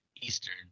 Eastern